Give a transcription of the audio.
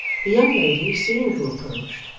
the young lady, seeing who approached,